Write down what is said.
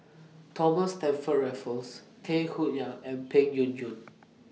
Thomas Stamford Raffles Tay Koh Yat and Peng Yuyun